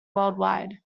worldwide